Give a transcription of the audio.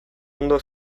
ondo